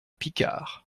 picard